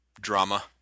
drama